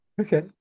Okay